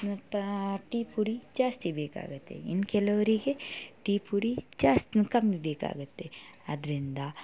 ನೊಪ್ಪಾ tea ಪುಡಿ ಜಾಸ್ತಿ ಬೇಕಾಗುತ್ತೆ ಇನ್ನು ಕೆಲವರಿಗೆ ಟೀ ಪುಡಿ ಜಾಸ್ತಿ ಕಮ್ಮಿ ಬೇಕಾಗುತ್ತೆ ಅದರಿಂದ